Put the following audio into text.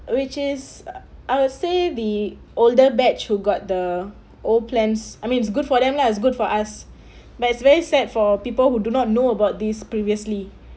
which is I will say the older batch who got the old plans I mean it's good for them lah it's good for us but it's very sad for people who do not know about these previously